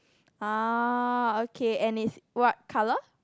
ah okay and it's what colour